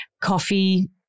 coffee